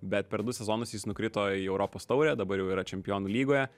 bet per du sezonus jis nukrito į europos taurę dabar jau yra čempionų lygoje